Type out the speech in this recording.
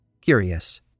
curious